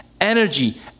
energy